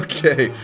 Okay